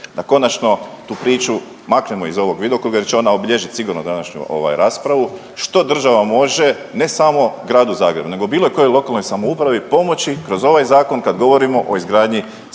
da konačno tu priču maknemo iz ovog vidokruga jer će ona obilježiti sigurno današnju raspravu. Što država može, ne samo gradu Zagrebu, nego bilo kojoj lokalnoj samoupravi pomoći kroz ovaj Zakon kad govorimo o izgradnji sportske